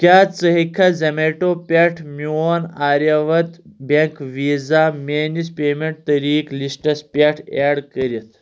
کیٛاہ ژٕ ہیٚککھا زمیٹو پٮ۪ٹھ میون آریا ورٛت بیٚنٛک ویٖزا میٲنِس پیمنٹ طٔریٖقہٕ لِسٹس پٮ۪ٹھ ایڈ کٔرِتھ